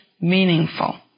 meaningful